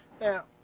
Now